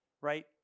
right